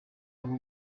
abo